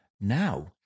now